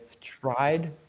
tried